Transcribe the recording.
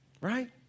Right